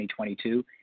2022